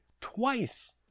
twice